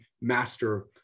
master